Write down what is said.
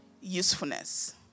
usefulness